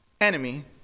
enemy